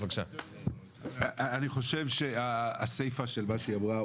אפשר לראות שבאמת בעקבות יישום המתווה חל גידול בייצור הממוצע לרפת,